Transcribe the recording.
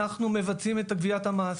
אנחנו מבצעים את גביית המס.